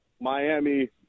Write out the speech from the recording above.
Miami